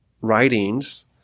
writings